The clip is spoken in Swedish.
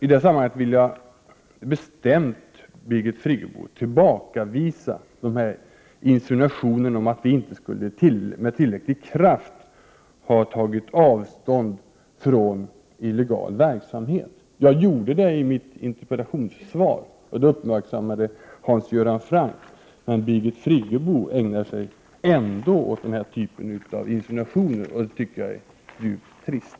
I det sammanhanget vill jag bestämt tillbakavisa Birgit Friggebos insinuationer om att vi inte med tillräcklig kraft skulle ha tagit avstånd från illegal verksamhet. Jag gjorde det i mitt interpellationssvar. Det uppmärksammade Hans Göran Franck, men Birgit Friggebo ägnade sig ändå åt sådana här insinuationer, och det är djupt trist.